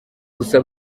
gusa